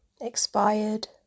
expired